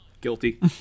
guilty